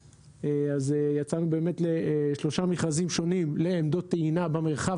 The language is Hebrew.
יצאנו לשלושה מכרזים שונים לעמדות טעינה במרחב